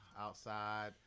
outside